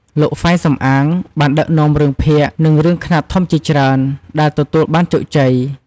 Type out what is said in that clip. លោក ហ្វៃ សំអាង បានដឹកនាំរឿងភាគ និងរឿងខ្នាតធំជាច្រើនដែលទទួលបានជោគជ័យ។